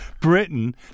Britain